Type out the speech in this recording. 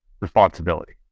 Responsibility